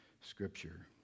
Scripture